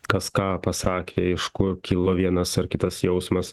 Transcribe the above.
kas ką pasakė iš kur kilo vienas ar kitas jausmas